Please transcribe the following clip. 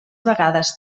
vegades